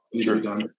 Sure